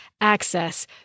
access